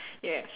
yes